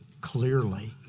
clearly